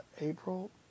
April